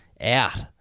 Out